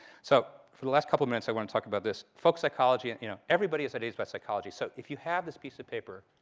so for the last couple minutes i want to talk about this, folk psychology. and you know everybody has ideas about but psychology. so if you have this piece of paper,